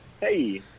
hey